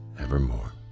evermore